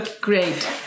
great